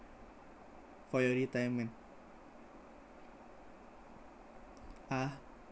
for your retirement ah